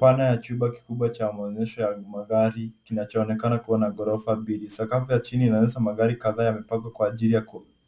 Dhana ya chumba kikubwa cha maonyesho ya kimagari kinachoonekana kuwa na ghorofa mbili. Sakafu ya chini inaonyesha magari kadhaa yamepangwa kwa ajili ya